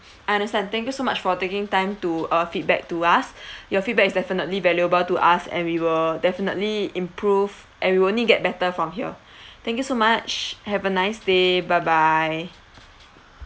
I understand thank you so much for taking time to uh feedback to us your feedback is definitely valuable to us and we will definitely improve and we will only get better from here thank you so much have a nice day bye bye